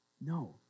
No